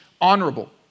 honorable